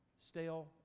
stale